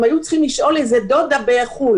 הם היו צריכים לשאול איזה דודה מחו"ל.